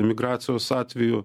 emigracijos atvejų